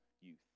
youth